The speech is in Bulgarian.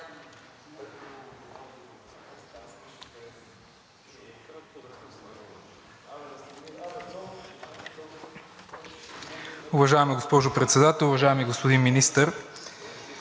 Уважаема госпожо Председател, уважаеми господин Министър!